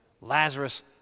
Lazarus